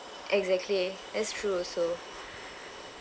exactly that's true also